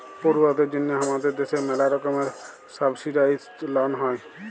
পড়ুয়াদের জন্যহে হামাদের দ্যাশে ম্যালা রকমের সাবসিডাইসদ লন হ্যয়